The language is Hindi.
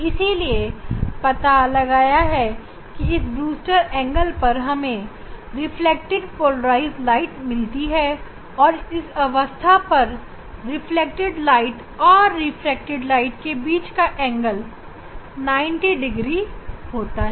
ब्रूस्टर नामक एक वैज्ञानिक ने तरीके का पता लगाया कि ब्रूस्टर एंगल पर हमें रिफ्लेक्टेड पोलराइज प्रकाश मिलती है और इस अवस्था पर रिफ्लेक्टेड प्रकाश और रिफ्रैक्टेड प्रकाश के बीच का एंगल 90 डिग्री होता है